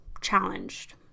challenged